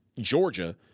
Georgia